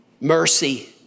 mercy